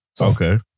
Okay